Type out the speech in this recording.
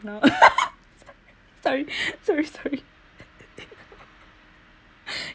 sorry sorry sorry